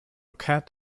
cat